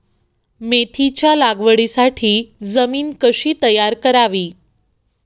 मेथीच्या लागवडीसाठी जमीन कशी तयार करावी?